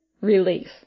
relief